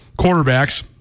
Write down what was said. quarterbacks